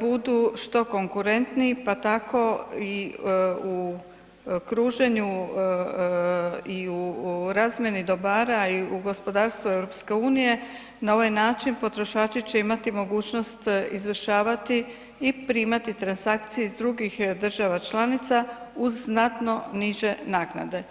budu što konkurentniji pa tako i u kruženju i u razmjeni dobara i u gospodarstvu EU na ovaj način potrošači će imati mogućnost izvršavati i primati transakcije iz drugih država članica uz znatno niže naknade.